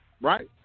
right